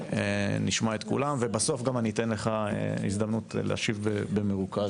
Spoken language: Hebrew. נשמע את כולם ובסוף אני גם אתן לך הזדמנות להשיב במרוכז.